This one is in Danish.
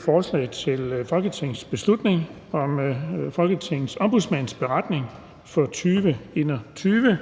Forslag til folketingsbeslutning om Folketingets Ombudsmands beretning for 2021.